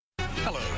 Hello